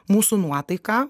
mūsų nuotaika